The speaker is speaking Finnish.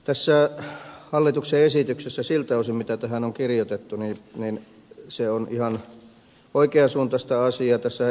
tässä hallituksen esityksessä siltä osin mitä tähän on kirjoitettu se on ihan oikean suuntaista asiaa